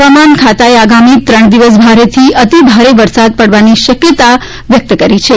હવામાન ખાતાએ આગામી ત્રણ દિવસ ભારેથી અતિ ભારે વરસાદ પડવાની શક્યતા હવામાન ખાતાએ વ્યક્ત કરી છે